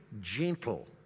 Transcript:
gentle